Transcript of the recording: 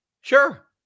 Sure